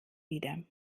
wieder